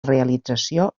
realització